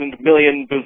million